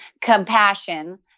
compassion